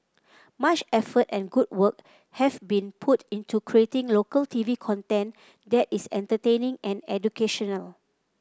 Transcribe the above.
much effort and good work have been put into creating local T V content that is entertaining and educational